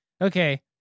okay